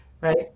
right